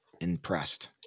impressed